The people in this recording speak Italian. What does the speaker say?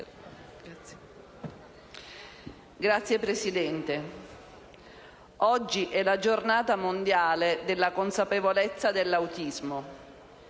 Signor Presidente, oggi è la Giornata mondiale della consapevolezza sull'autismo.